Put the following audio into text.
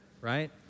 right